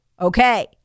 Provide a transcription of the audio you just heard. Okay